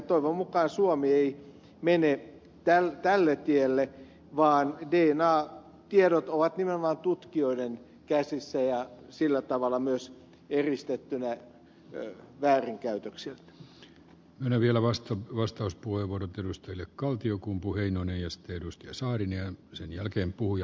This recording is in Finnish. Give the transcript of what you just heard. toivon mukaan suomi ei mene tälle tielle vaan dna tiedot ovat nimenomaan tutkijoiden käsissä ja sillä tavalla myös eristetty tai jos väärinkäytöksiä menee vielä vasta vastauspuheenvuoro perusteli kaltiokumpu reino neljäs edustaja sahdin ja sen eristettyinä väärinkäytöksiltä